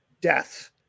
death